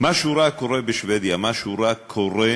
משהו רע קורה בשבדיה, משהו רע קורה,